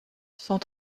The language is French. cent